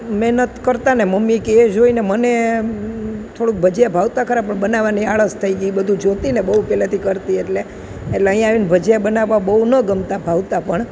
મહેનત કરતાં ને મમ્મી કે એ જોઈને મને થોડુંક ભજીયા ભાવતાં ખરા પણ બનાવવાની આળસ થઈ ગઈ એ બધું જોતી ને બહુ પહેલેથી કરતી એટલે એટલે અહીંયા આવીને ભજીયા બનાવવાં બહુ ન ગમતાં ભાવતાં પણ